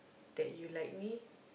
that you like me